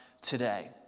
today